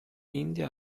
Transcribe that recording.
india